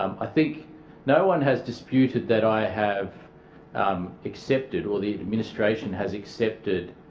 um i think no one has disputed that i have um accepted or the administration has accepted